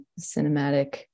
cinematic